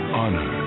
honor